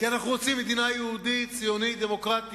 כי אנחנו רוצים מדינה יהודית ציונית דמוקרטית,